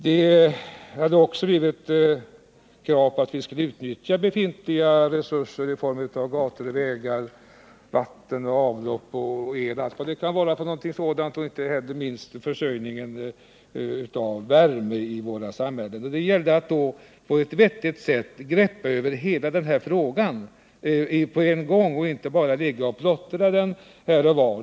Det hade också ställts krav på att man skulle utnyttja befintliga resurser i form av gator, vägar, vatten, avlopp och el och annat sådant. Och inte minst fanns det krav beträffande försörjningen med värme i vårt samhälle. Det gällde då att på ett vettigt sätt greppa över hela frågan på en gång och inte bara plottra med den.